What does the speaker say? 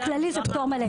בכללי זה פטור מלא.